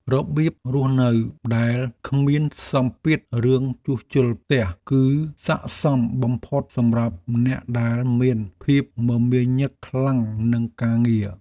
របៀបរស់នៅដែលគ្មានសម្ពាធរឿងជួសជុលផ្ទះ គឺស័ក្តិសមបំផុតសម្រាប់អ្នកដែលមានភាពមមាញឹកខ្លាំងនឹងការងារ។